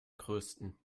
größten